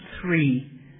three